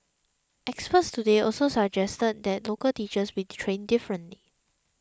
experts today also suggested that local teachers be trained differently